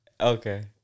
Okay